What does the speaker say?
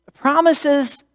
promises